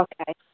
Okay